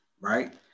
right